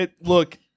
Look